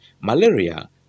malaria